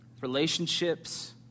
relationships